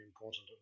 important